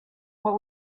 what